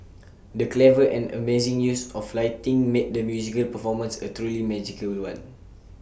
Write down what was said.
the clever and amazing use of lighting made the musical performance A truly magical one